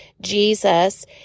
Jesus